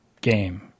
game